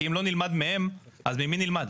כי אם לא נלמד מהם, אז ממי נלמד?